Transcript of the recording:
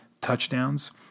touchdowns